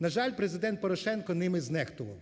На жаль, Президент Порошенко ними знехтував.